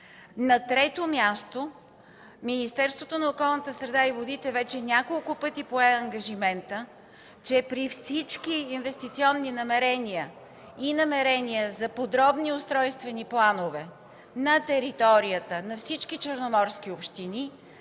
На трето място, Министерството на околната среда и водите вече няколко пъти пое ангажимента, че при всички инвестиционни намерения и намерения за подробни устройствени планове на територията на всички черноморски общини